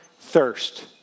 thirst